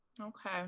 Okay